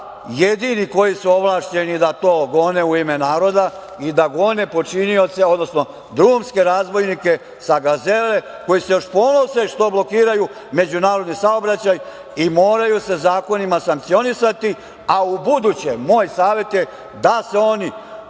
jedini koji su ovlašćeni da to gone u ime naroda i da gone počinioce, odnosno drumske razbojnike sa Gazele, koji se još ponose što blokiraju međunarodni saobraćaj i moraju se zakonima sankcionisati, a u buduće moj savet je da se oni